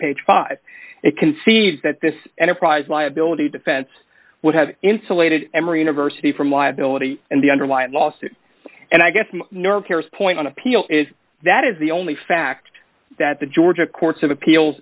page five it concedes that this enterprise liability defense would have insulated emory university from liability and the underlying lawsuit and i guess the point on appeal is that is the only fact that the georgia courts of appeal